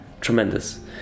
tremendous